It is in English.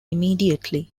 immediately